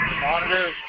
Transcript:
monitor